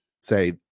say